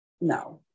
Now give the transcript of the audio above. no